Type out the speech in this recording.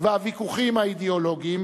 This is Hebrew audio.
והוויכוחים האידיאולוגיים: